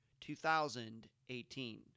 2018